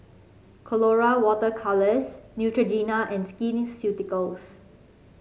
Colora Water Colours Neutrogena and Skin Ceuticals